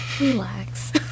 relax